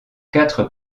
quatre